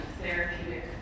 therapeutic